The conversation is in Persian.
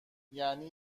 یعنی